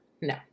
No